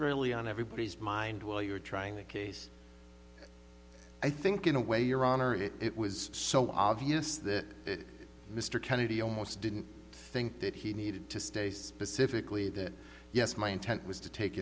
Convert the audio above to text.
really on everybody's mind while you're trying the case i think in a way your honor it was so obvious that mr kennedy almost didn't think that he needed to stay specifically that yes my intent was to take